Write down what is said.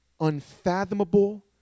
unfathomable